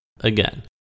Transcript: Again